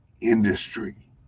industry